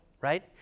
right